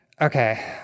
okay